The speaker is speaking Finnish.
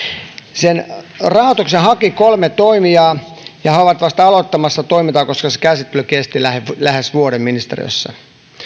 sen rahoituksen haki kolme toimijaa ja he ovat vasta aloittamassa toimintaa koska se käsittely kesti lähes lähes vuoden ministeriössä